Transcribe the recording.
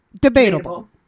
Debatable